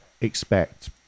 Expect